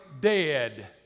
dead